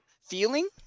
feeling